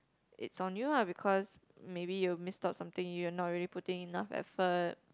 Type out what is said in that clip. it's on you lah because maybe you missed out something you're not really putting enough effort